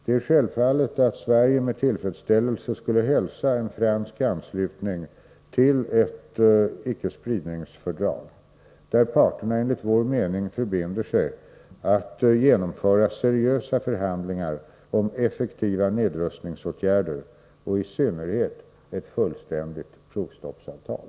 Det är självklart att Sverige med tillfredsställelse skulle hälsa en fransk anslutning till ett icke-spridningsfördrag där parterna enligt vår mening förbinder sig att genomföra seriösa förhandlingar om effektiva nedrustningsåtgärder och i synnerhet ett fullständigt provstoppsavtal.